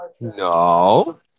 No